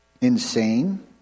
insane